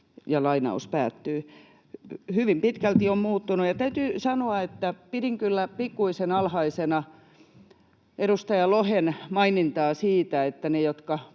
pääministeri.” Hyvin pitkälti on muuttunut. Täytyy sanoa, että pidin kyllä pikkuisen alhaisena edustaja Lohen mainintaa siitä, että ne, jotka